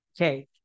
Okay